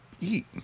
eat